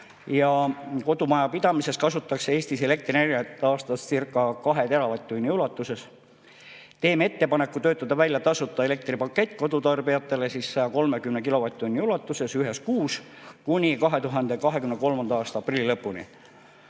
Kodumajapidamises kasutatakse Eestis elektrienergiat aastascirca2 teravatt-tunni ulatuses. Teeme ettepaneku töötada välja tasuta elektripakett kodutarbijatele 130 kilovatt-tunni ulatuses ühes kuus kuni 2023. aasta aprilli lõpuni.